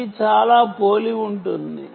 ఇది చాలా పోలి ఉంటుంది